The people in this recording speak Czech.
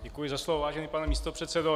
Děkuji za slovo, vážený pane místopředsedo.